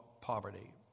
poverty